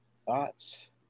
thoughts